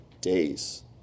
days